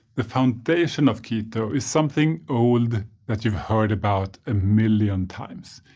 the foundation of keto is something old that you've heard about a million times.